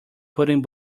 putting